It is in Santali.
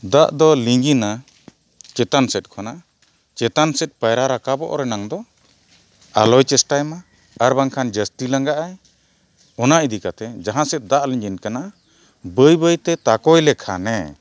ᱫᱟᱜ ᱫᱚ ᱞᱤᱸᱜᱤᱱᱟ ᱪᱮᱛᱟᱱ ᱥᱮᱫ ᱠᱷᱚᱱᱟᱜ ᱪᱮᱛᱟᱱ ᱥᱮᱫ ᱯᱟᱭᱨᱟ ᱨᱟᱠᱟᱵᱚᱜ ᱨᱮᱱᱟᱜ ᱫᱚ ᱟᱞᱚᱭ ᱪᱮᱥᱴᱟᱭ ᱢᱟ ᱟᱨ ᱵᱟᱝᱠᱷᱟᱱ ᱡᱟᱹᱥᱛᱤ ᱞᱟᱜᱟᱜ ᱟᱭ ᱚᱱᱟ ᱤᱫᱤ ᱠᱟᱛᱮᱫ ᱡᱟᱦᱟᱸ ᱥᱮᱫ ᱫᱟᱜ ᱞᱤᱸᱡᱤᱱ ᱠᱟᱱᱟ ᱵᱟᱹᱭ ᱵᱟᱹᱭᱛᱮ ᱛᱟᱠᱚᱭ ᱞᱮᱠᱷᱟᱱᱮ